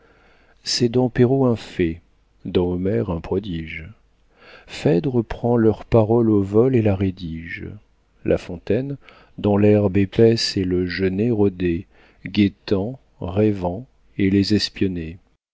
c'est dans perrault un fait dans homère un prodige phèdre prend leur parole au vol et la rédige la fontaine dans l'herbe épaisse et le genêt rôdait guettant rêvant et les espionnait